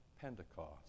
Pentecost